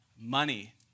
Money